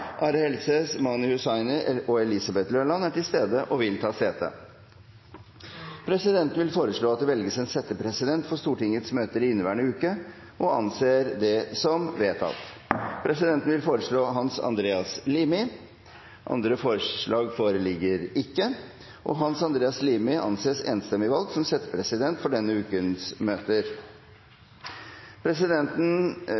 Are Helseth, Mani Hussaini og Elisabeth Løland er til stede og vil ta sete. Presidenten vil foreslå at det velges en settepresident for Stortingets møter i inneværende uke – og anser det som vedtatt. Presidenten vil foreslå Hans Andreas Limi. – Andre forslag foreligger ikke, og Hans Andreas Limi anses enstemmig valgt som settepresident for denne ukens møter.